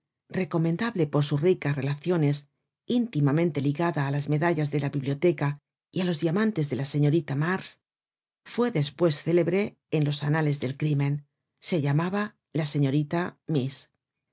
recomendable por sus ricas re laciones íntimamente ligada á las medallas de la biblioteca y á los diamantes de la señorita mars fue despues célebre en los anales del crímen se llamaba la señorita miss